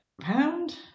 pound